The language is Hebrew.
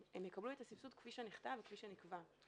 הם יקבלו את הסבסוד כפי שנכתב וכפי שנקבע.